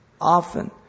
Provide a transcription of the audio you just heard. often